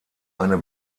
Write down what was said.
eine